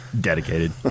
Dedicated